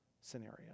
scenario